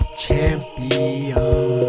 champion